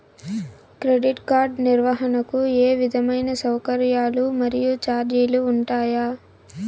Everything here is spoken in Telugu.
క్రెడిట్ కార్డు నిర్వహణకు ఏ విధమైన సౌకర్యాలు మరియు చార్జీలు ఉంటాయా?